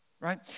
right